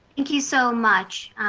thank you so much.